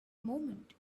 moment